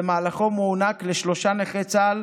ובמהלכו מוענק לשלושה נכי צה"ל